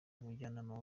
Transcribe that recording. umujyanama